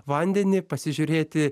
vandenį pasižiūrėti